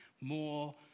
more